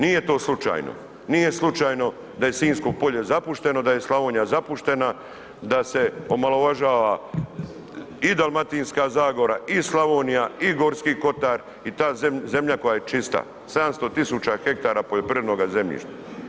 Nije to slučajno, nije slučajno da je Sinjsko polje zapušteno, da je Slavonija zapuštena, da se omalovažava i Dalmatinska zagora i Slavonija i Gorski kotar i ta zemlja koja je čista, 700 tisuća hektara poljoprivrednog zemljišta.